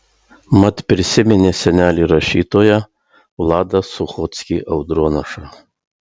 mat prisiminė senelį rašytoją vladą suchockį audronašą